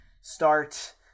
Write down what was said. start